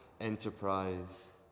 enterprise